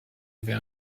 avait